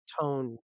tone